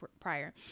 prior